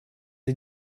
sie